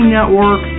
Network